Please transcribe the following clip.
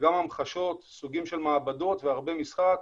גם המחשות, סוגים של מעבדות והרבב המשחק.